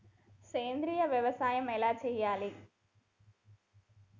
సేంద్రీయ వ్యవసాయం ఎలా చెయ్యాలే?